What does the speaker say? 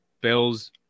bills